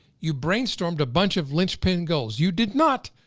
you brainstormed a bunch of linchpin goals. you did not